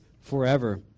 forever